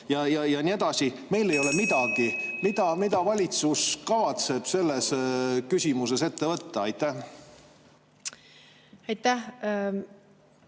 ja nii edasi. Meil ei ole midagi. Mida valitsus kavatseb selles küsimuses ette võtta? Aitäh!